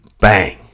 bang